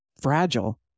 fragile